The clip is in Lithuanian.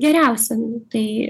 geriausia tai